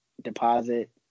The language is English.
deposit